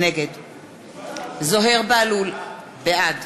נגד זוהיר בהלול, בעד